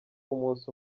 umunsi